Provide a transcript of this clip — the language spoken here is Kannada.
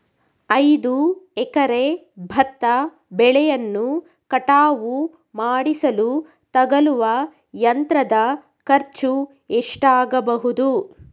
ಐದು ಎಕರೆ ಭತ್ತ ಬೆಳೆಯನ್ನು ಕಟಾವು ಮಾಡಿಸಲು ತಗಲುವ ಯಂತ್ರದ ಖರ್ಚು ಎಷ್ಟಾಗಬಹುದು?